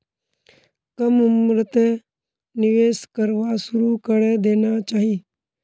कम उम्रतें निवेश करवा शुरू करे देना चहिए